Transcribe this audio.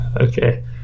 Okay